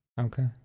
Okay